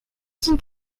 sont